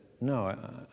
no